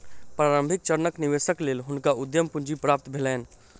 प्रारंभिक चरणक निवेशक लेल हुनका उद्यम पूंजी प्राप्त भेलैन